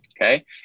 Okay